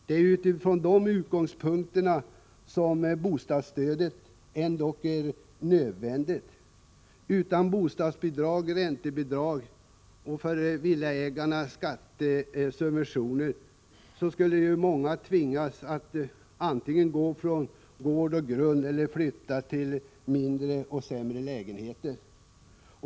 Det är från dessa utgångspunkter som bostadsstödet ändock är nödvändigt. Utan bostadsbidrag, räntebidrag och — för villaägarna — skattesubventioner skulle många tvingas att antingen gå från gård och grund eller också flytta till mindre och sämre lägenheter.